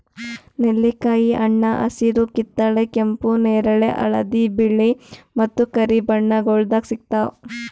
ನೆಲ್ಲಿಕಾಯಿ ಹಣ್ಣ ಹಸಿರು, ಕಿತ್ತಳೆ, ಕೆಂಪು, ನೇರಳೆ, ಹಳದಿ, ಬಿಳೆ ಮತ್ತ ಕರಿ ಬಣ್ಣಗೊಳ್ದಾಗ್ ಸಿಗ್ತಾವ್